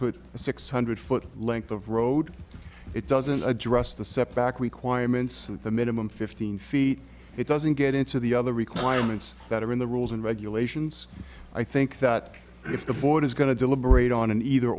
foot six hundred foot length of road it doesn't address the setback requirements and the minimum fifteen feet it doesn't get into the other requirements that are in the rules and regulations i think that if the board is going to deliberate on an either